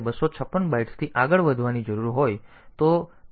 તેથી જો તમારે 256 બાઇટ્સથી આગળ વધવાની જરૂર હોય તો શું